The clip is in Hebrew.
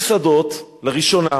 הגעתי ליישוב שדות לראשונה.